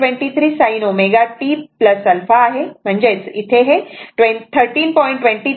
23 sin ω t α आहे म्हणजेच 13